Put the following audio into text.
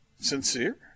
sincere